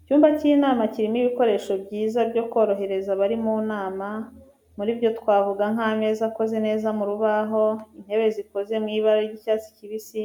Icyumba cy'inama kirimo ibikoresho byiza byo korohereza abari mu nama, muri byo twavuga nk'ameza akoze neza mu rubaho, intebe zikoze mu ibara ry'icyatsi kibisi